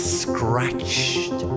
scratched